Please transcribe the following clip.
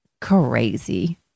crazy